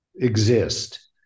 exist